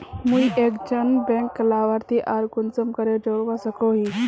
मुई एक जन बैंक लाभारती आर कुंसम करे जोड़वा सकोहो ही?